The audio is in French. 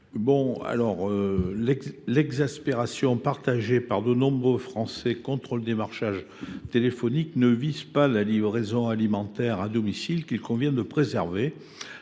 L'exaspération partagée par de nombreux Français contre le démarchage téléphonique ne vise pas la livraison alimentaire à domicile qu'il convient de préserver.